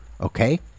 okay